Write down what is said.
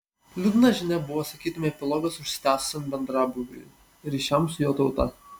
liūdna žinia buvo sakytumei epilogas užsitęsusiam bendrabūviui ryšiams su jo tauta